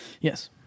Yes